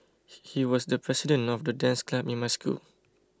he he was the president of the dance club in my school